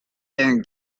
learn